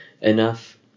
enough